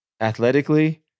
Athletically